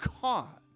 caught